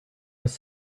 was